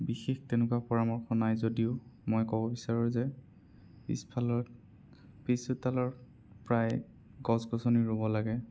বিশেষ তেনেকুৱা পৰামৰ্শ নাই যদিও মই ক'ব বিচাৰোঁ যে পিছফালৰ পিছচোতালত প্ৰায় গছ গছনি ৰুব লাগে